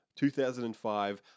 2005